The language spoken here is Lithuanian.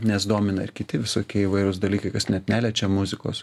nes domina ir kiti visokie įvairūs dalykai kas net neliečia muzikos